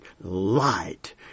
light